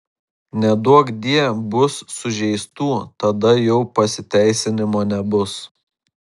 neduokdie bus sužeistų tada jau pasiteisinimo nebus